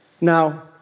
Now